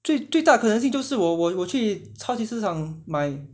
最最大可能性就是我我我去超级市场买